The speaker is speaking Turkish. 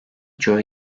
çoğu